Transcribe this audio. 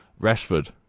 Rashford